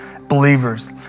believers